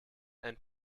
and